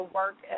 work